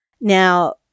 Now